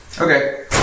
Okay